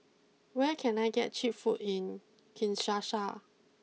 where can I get cheap food in Kinshasa